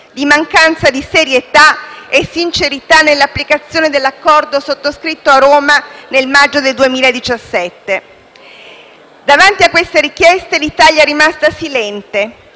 di mancanza di serietà e sincerità nell'applicazione dell'accordo sottoscritto a Roma nel maggio del 2017. Davanti a queste richieste l'Italia è rimasta silente.